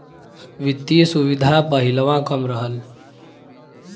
वित्तिय सुविधा प हिलवा कम रहल